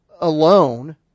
alone